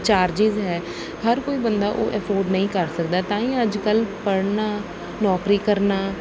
charges ਹੈ ਹਰ ਕੋਈ ਬੰਦਾ ਉਹ ਅਫੋਰਡ ਨਹੀਂ ਕਰ ਸਕਦਾ ਤਾਂ ਹੀ ਅੱਜ ਕੱਲ ਪੜ੍ਹਨਾ ਨੌਕਰੀ ਕਰਨਾ